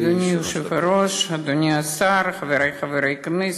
אדוני היושב-ראש, אדוני השר, חברי חברי הכנסת,